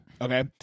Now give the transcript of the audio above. Okay